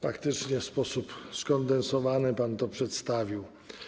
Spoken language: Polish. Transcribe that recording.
Faktycznie w sposób skondensowany pan to przedstawił.